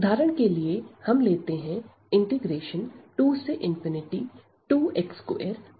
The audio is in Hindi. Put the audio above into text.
उदाहरण के लिए हम लेते हैं 22x2x4 1dx